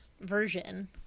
version